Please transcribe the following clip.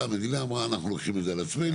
באה המדינה, אמרה אנחנו לוקחים את זה על עצמנו.